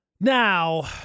Now